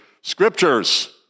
Scriptures